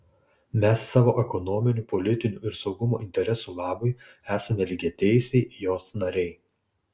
mes savo ekonominių politinių ir saugumo interesų labui esame lygiateisiai jos nariai